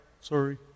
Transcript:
sorry